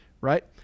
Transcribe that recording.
right